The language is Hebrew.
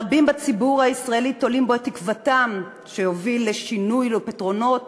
רבים בציבור הישראלי תולים בו את תקוותם שיוביל לשינוי ולפתרונות